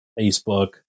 Facebook